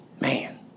Man